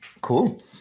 Cool